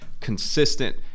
consistent